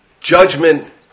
judgment